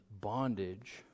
bondage